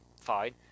fine